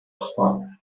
trois